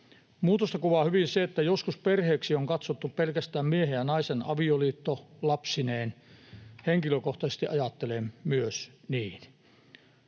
Muutosta kuvaa hyvin se, että joskus perheeksi on katsottu pelkästään miehen ja naisen avioliitto lapsineen — henkilökohtaisesti ajattelen myös niin.